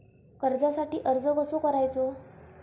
कर्जासाठी अर्ज कसो करायचो?